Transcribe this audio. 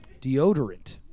Deodorant